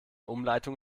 umleitung